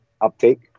uptake